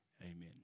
amen